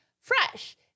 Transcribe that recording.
fresh